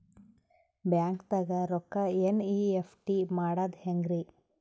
ಬ್ಯಾಂಕ್ದಾಗ ರೊಕ್ಕ ಎನ್.ಇ.ಎಫ್.ಟಿ ಮಾಡದ ಹೆಂಗ್ರಿ?